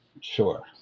Sure